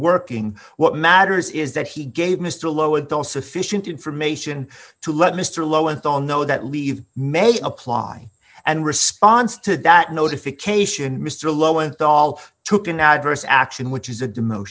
working what matters is that he gave mr lowenthal sufficient information to let mr low and all know that leave may apply and response to that notification mr low and all took an adverse action which is a d